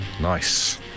Nice